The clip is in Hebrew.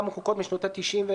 גם החוקות משנות ה-90.